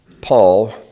Paul